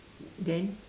then